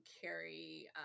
carry